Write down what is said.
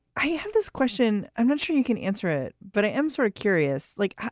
i have this question. i'm not sure you can answer it, but i am sort of curious, like